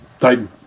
Titan